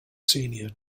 senior